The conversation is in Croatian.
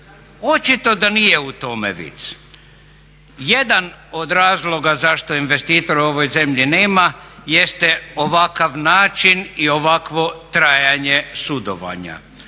Očito da nije u tome vic. Jedan od razloga zašto investitora u ovoj zemlji nema jeste ovakav način i ovakvo trajanje sudovanja.